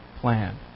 plan